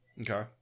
Okay